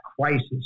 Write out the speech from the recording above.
crisis